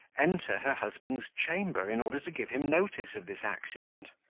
enter her husband's chamber, in order to give him notice of this accident.